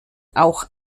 auch